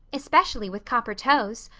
especially with copper toes?